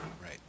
Right